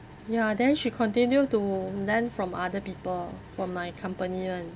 ya then she continue to lend from other people from my company [one]